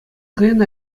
хӑйӗн